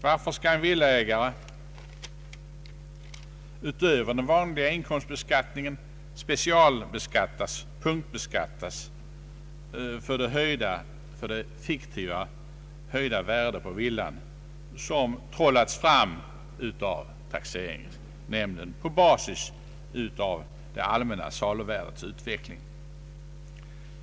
Varför skall en villaägare, utöver den vanliga inkomstbeskattningen, punktbeskattas för det fiktiva höjda värde på villan som trollats fram av taxeringsnämnden på basis av det allmänna saluvärdets utveckling?